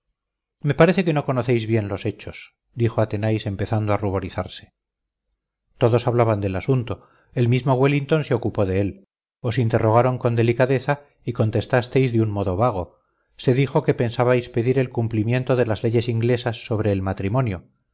me parece que no conocéis bien los hechos dijo athenais empezando a ruborizarse todos hablaban del asunto el mismo wellington se ocupó de él os interrogaron con delicadeza y contestasteis de un modo vago se dijo que pensabais pedir el cumplimiento de las leyes inglesas sobre el matrimonio